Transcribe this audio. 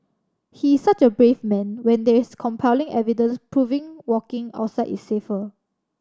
he is such a brave man when there's compelling evidence proving walking outside is safer